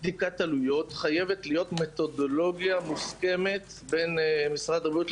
עלויות חייבת להיות מתודולוגיה מוסכמת בין משרד הבריאות,